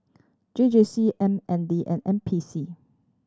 J J C M N D and N P C